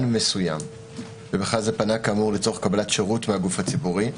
מסוים ואז פנה לצורך קבלת שירות מהגוף הציבורי,